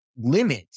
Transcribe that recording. Limit